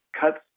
cuts